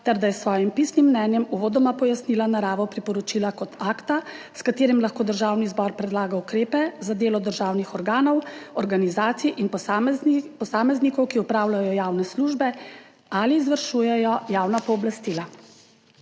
ter da je s svojim pisnim mnenjem uvodoma pojasnila naravo priporočila kot akta, s katerim lahko Državni zbor predlaga ukrepe za delo državnih organov, organizacij in posameznikov, ki opravljajo javne službe ali izvršujejo javna pooblastila.